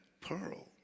pearl